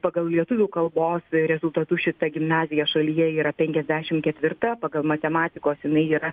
pagal lietuvių kalbos rezultatus šita gimnazija šalyje yra penkiasdešimt ketvirta pagal matematikos jinai yra